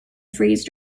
freeze